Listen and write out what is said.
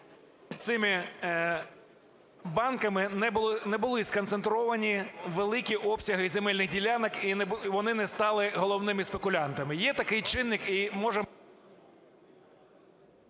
цими банками не були сконцентровані великі обсяги земельних ділянок і вони не стали головними спекулянтами. Є такий чинник і можемо…